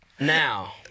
Now